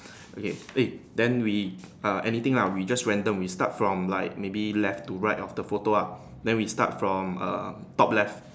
okay eh they then we uh anything lah we just random we start from like maybe left to right of the photo ah then we start from um top left